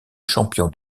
champion